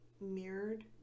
Mirrored